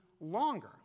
longer